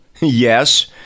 Yes